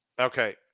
Okay